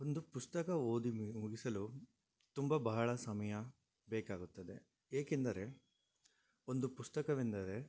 ಒಂದು ಪುಸ್ತಕ ಓದಿ ಮುಗಿಸಲು ತುಂಬ ಬಹಳ ಸಮಯ ಬೇಕಾಗುತ್ತದೆ ಏಕೆಂದರೆ ಒಂದು ಪುಸ್ತಕವೆಂದರೆ